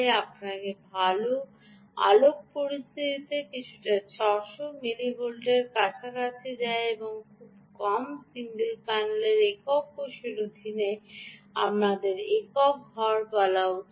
আপনাকে ভাল আলোক পরিস্থিতিতে কিছুটা 600 মিলিভোল্টের কাছাকাছি দেয় এবং খুব কম সিঙ্গল প্যানেলের একক কোষের অধীনে আমার একক ঘর বলা উচিত